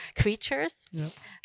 creatures